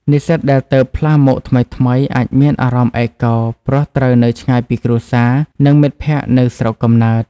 និស្សិតដែលទើបផ្លាស់មកថ្មីៗ អាចមានអារម្មណ៍ឯកកោព្រោះត្រូវនៅឆ្ងាយពីគ្រួសារ និងមិត្តភ័ក្តិនៅស្រុកកំណើត។